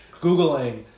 googling